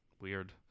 weird